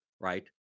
right